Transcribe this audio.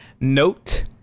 Note